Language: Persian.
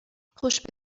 خوش